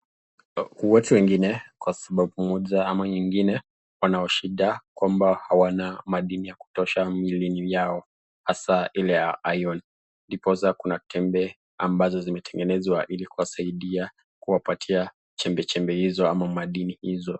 Watu wengine, kwasababu moja ama nyengine, wanao shida kwamba hawana midini ya kutosha mwilini yao, hasa ile ya iron. Ndiposa kuna tembe ambazo zimetengezwa ili kusaidia kuwapatia chembe chembe hizo ama madili hizo.